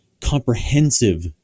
comprehensive